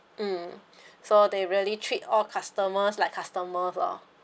mm so they really treat all customers like customer lor